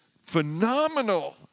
phenomenal